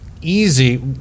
easy